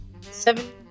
seven